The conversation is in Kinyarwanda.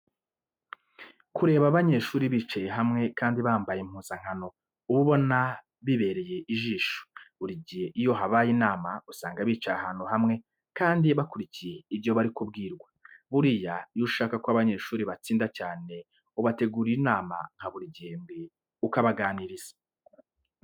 Kureba abanyeshuri bicaye hamwe kandi bambaye impuzankano uba ubona bibereye ijisho. Buri gihe iyo habaye inama usanag bicaye ahantu hamwe kandi bakurikiye ibyo bari kubwirwa. Buriya iyo ushaka ko abanyeshuri batsinda cyane ubategurira inama nka buri gihembwe ukabaganiriza.